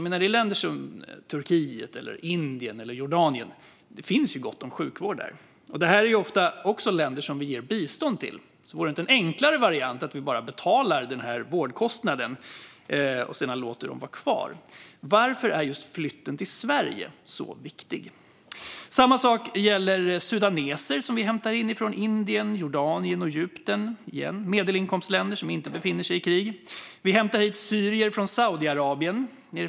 I länder som Turkiet, Indien och Jordanien finns det gott om sjukvård. Det är också ofta länder som vi ger bistånd till, så vore det inte en enklare variant att vi bara betalar vårdkostnaden och sedan låter dem vara kvar? Varför är just flytten till Sverige så viktig? Samma sak gäller sudaneser, som vi hämtar in från Indien, Jordanien och Egypten. Det är återigen medelinkomstländer som inte befinner sig i krig. Vi hämtar hit syrier ifrån Saudiarabien.